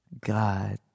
God